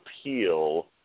appeal